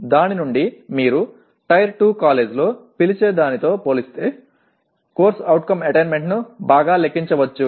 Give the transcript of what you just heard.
దాని నుండి మీరు టైర్ 2 కాలేజీలో పిలిచేదానితో పోలిస్తే CO అటైన్మెంట్ ను బాగా లెక్కించవచ్చు